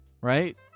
right